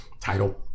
title